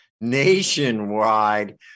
nationwide